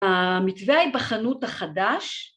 ‫המתווה ההיבחנות החדש.